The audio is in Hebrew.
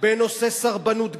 בנושא סרבנות גט,